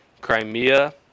crimea